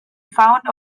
found